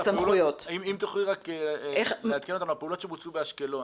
אם תוכלי רק לעדכן אותנו על הפעולות שבוצעו באשקלון.